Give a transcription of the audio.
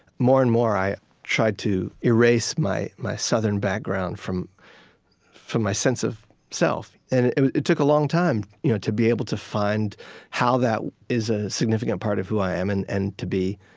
more and more i tried to erase my my southern background from from my sense of self. and it took a long time you know to be able to find how that is a significant part of who i am and and to be